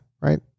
right